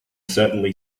certainly